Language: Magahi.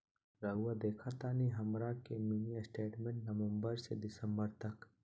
रहुआ देखतानी हमरा के मिनी स्टेटमेंट नवंबर से दिसंबर तक?